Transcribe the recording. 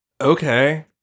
Okay